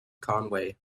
conway